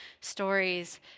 stories